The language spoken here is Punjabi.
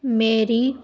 ਮੇਰੀ